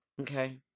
Okay